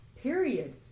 Period